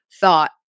thought